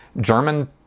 German